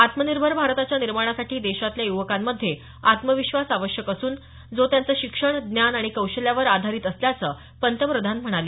आत्नमिर्भर भारताच्या निर्माणासाठी देशातल्या युवकांमध्ये आत्मविश्वास आवश्यक असून जो त्यांचं शिक्षण ज्ञान आणि कौशल्यावर आधारित असल्याचं पंतप्रधान म्हणाले